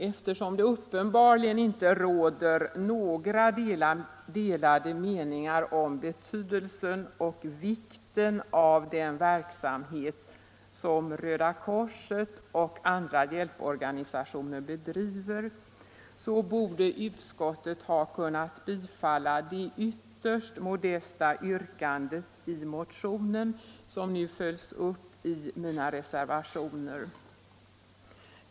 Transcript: Eftersom det uppenbarligen inte råder några delade meningar om betydelsen och vikten av den verksamhet som Röda korset och andra hjälporganisationer bedriver, borde utskottet ha kunnat tillstyrka det ytterst modesta yrkandet i motionen, som nu följs upp i mina reservationer.